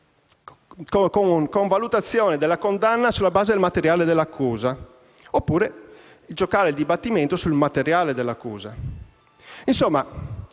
con accettazione della condanna sul materiale dell'accusa, o giocare il dibattimento sul materiale dell'accusa».